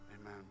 amen